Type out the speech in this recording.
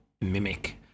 mimic